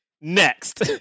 next